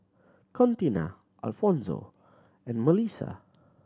Contina Alfonzo and Mellissa